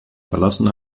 verlassen